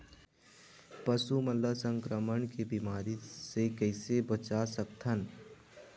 पशु मन ला संक्रमण के बीमारी से कइसे बचा सकथन?